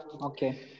Okay